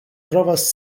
trovas